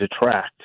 attract